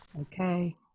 Okay